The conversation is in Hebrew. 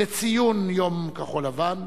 ציון יום כחול-לבן.